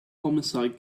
homicide